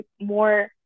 more